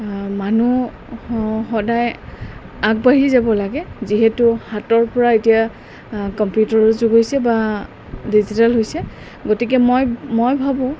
মানুহ সদায় আগবাঢ়ি যাব লাগে যিহেতু হাতৰ পৰা এতিয়া কম্পিউটাৰৰ যুগ হৈছে বা ডিজিটেল হৈছে গতিকে মই মই ভাবোঁ